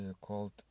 called